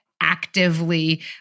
actively